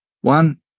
One